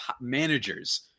managers